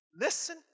listen